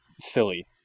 silly